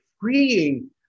freeing